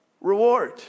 reward